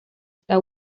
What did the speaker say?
esta